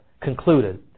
concluded